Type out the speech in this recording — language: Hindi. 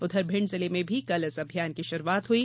उधर भिंड जिले में भी कल इस अभियान की शुरूआत हुई